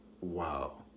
Wow